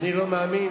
אני לא מאמין?